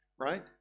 right